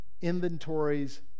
inventories